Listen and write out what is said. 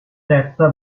terza